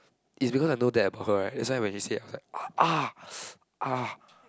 it's because I know that about her right that's why when she say right I was like uh ah ah ah